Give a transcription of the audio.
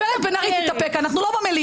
הגברת בן ארי תתאפק, אנחנו לא במליאה.